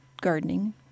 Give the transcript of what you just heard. gardening